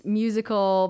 musical